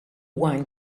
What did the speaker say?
wine